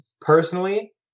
personally